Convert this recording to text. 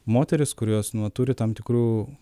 moterys kurios nu turi tam tikrų